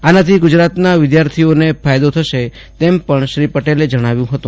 આનાથી ગુજરાતના વિધાર્થીઓને ફાયદો થશે તેમ પણ શ્રી પટેલે જણાવ્યુ હતું